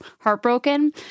heartbroken